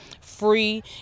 free